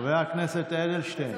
חבר הכנסת אלדשטיין?